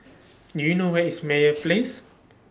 Do YOU know Where IS Meyer Place